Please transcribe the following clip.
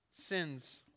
sins